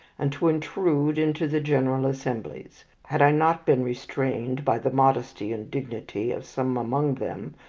and to intrude into the general assemblies. had i not been restrained by the modesty and dignity of some among them,